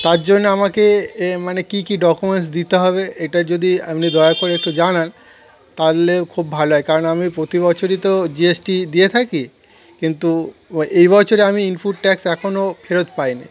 তার জন্য আমাকে এ মানে কী কী ডকুমেন্টস দিতে হবে এটা যদি আপনি দয়া করে একটু জানান তাহলে খুব ভালো হয় কারণ আমি প্রতি বছরই তো জি এস টি দিয়ে থাকি কিন্তু এই বছরে আমি ইনপুট ট্যাক্স এখনও ফেরত পাইনি